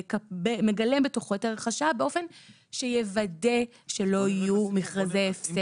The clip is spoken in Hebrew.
שמגלם בתוכו את ערך השעה באופן שיוודא שלא יהיו מכרזי הפסד.